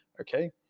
okay